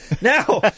now